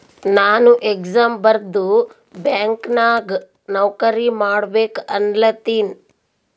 ನಾನು ಎಕ್ಸಾಮ್ ಬರ್ದು ಬ್ಯಾಂಕ್ ನಾಗ್ ನೌಕರಿ ಮಾಡ್ಬೇಕ ಅನ್ಲತಿನ